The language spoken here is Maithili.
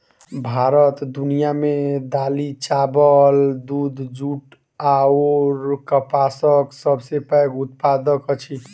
भारत दुनिया मे दालि, चाबल, दूध, जूट अऔर कपासक सबसे पैघ उत्पादक अछि